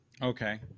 Okay